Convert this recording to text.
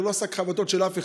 אנחנו לא שק חבטות של אף אחד.